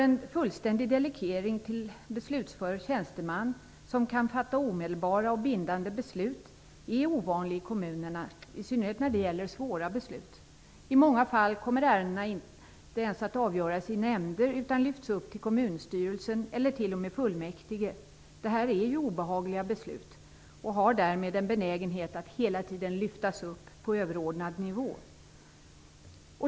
En fullständig delegering till en beslutsför tjänsteman, som kan fatta omedelbara och bindande beslut är ovanlig i kommunerna - i synnerhet när det gäller svåra beslut. I många fall kommer ärendena inte ens att avgöras i nämnder, utan de lyfts upp till kommunstyrelsen eller t.o.m. fullmäktige. Detta är obehagliga beslut, och det finns därmed en benägenhet att de hela tiden lyftas upp på en överordnad nivå.